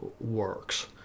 works